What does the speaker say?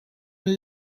een